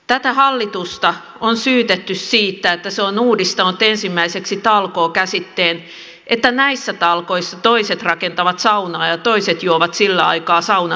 tätä hallitusta on syytetty siitä että se on uudistanut ensimmäiseksi talkoo käsitteen että näissä talkoissa toiset rakentavat saunaa ja toiset juovat sillä aikaa saunakaljat